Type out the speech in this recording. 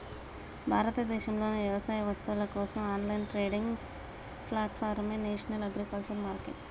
భారతదేశంలోని వ్యవసాయ వస్తువుల కోసం ఆన్లైన్ ట్రేడింగ్ ప్లాట్ఫారమే నేషనల్ అగ్రికల్చర్ మార్కెట్